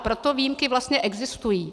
Proto výjimky vlastně existují.